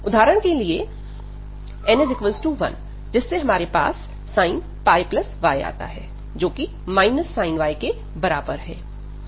उदाहरण के लिए n 1 जिससे हमारे पास sin πy आता है जोकि sin y के बराबर है